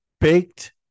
baked